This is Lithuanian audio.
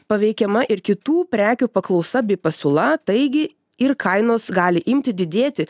paveikiama ir kitų prekių paklausa bei pasiūla taigi ir kainos gali imti didėti